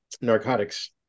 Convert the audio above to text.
narcotics